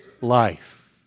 life